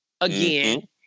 again